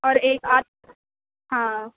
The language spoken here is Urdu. اور ایک آدھ ہاں